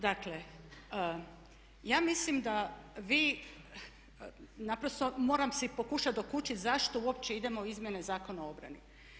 Dakle, ja mislim da vi naprosto moram si pokušat dokučiti zašto uopće idemo u izmjene Zakona o obrani.